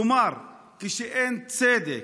כלומר, כשאין צדק,